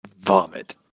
vomit